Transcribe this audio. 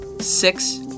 six